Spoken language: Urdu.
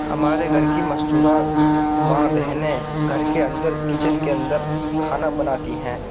ہمارے گھر کی مستورات ماں بہنیں گھر کے اندر کچن کے اندر کھانا بناتی ہیں